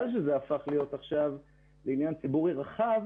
שזה הפך להיות עכשיו עניין ציבורי רחב